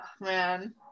man